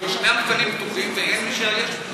שישנם תקנים פתוחים ואין מי שיאייש אותם.